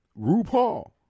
RuPaul